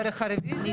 דרך הרביזיה?